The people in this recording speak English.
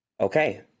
okay